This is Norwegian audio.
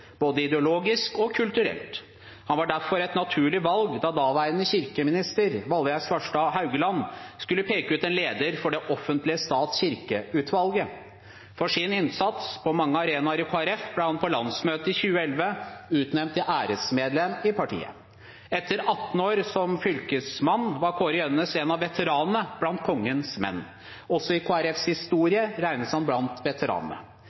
både ideologisk og kulturelt. Han var derfor et naturlig valg da daværende kirkeminister Valgerd Svarstad Haugland skulle peke ut en leder for det offentlige stat–kirke-utvalget. For sin innsats på mange arenaer i Kristelig Folkeparti ble han på landsmøtet i 2011 utnevnt til æresmedlem i partiet. Etter 18 år som fylkesmann var Kåre Gjønnes en av veteranene blant «kongens menn». Også i Kristelig Folkepartis historie regnes han blant